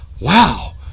wow